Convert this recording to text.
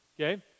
okay